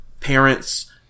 parents